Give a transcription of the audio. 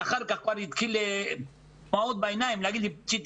ואחר כך התחיל עם דמעות בעיניים להגיד לי: פיצ'י,